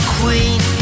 queen